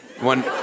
one